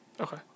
okay